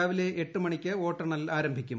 രാവിലെ എട്ട് മണിക്ക് വോട്ടെണ്ണൽ ആരംഭിക്കും